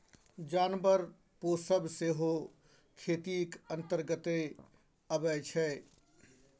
जानबर पोसब सेहो खेतीक अंतर्गते अबै छै